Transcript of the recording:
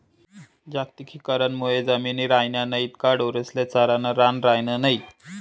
जागतिकीकरण मुये जमिनी रायन्या नैत का ढोरेस्ले चरानं रान रायनं नै